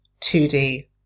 2D